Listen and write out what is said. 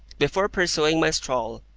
before pursuing my stroll,